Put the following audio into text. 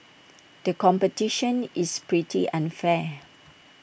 the competition is pretty unfair